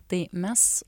tai mes